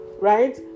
Right